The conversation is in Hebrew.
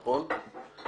נכון?